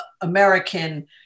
American